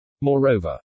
Moreover